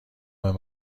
وام